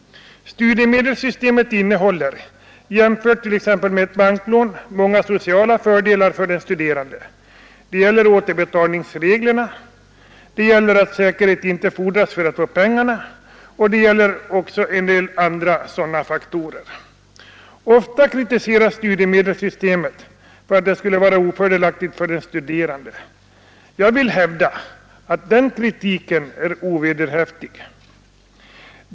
Studiemedelssystemet innehåller jämfört med t.ex. ett banklån många sociala fördelar för den studerande. Det gäller återbetalningsreglerna, det gäller att säkerhet inte fordras för att få pengarna, och det gäller också en del andra sådana faktorer. Ofta kritiseras studiemedelssystemet för att det skulle vara ofördelaktigt för den studerande. Jag vill hävda att den kritiken är ovederhäftig.